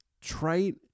trite